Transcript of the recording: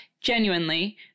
genuinely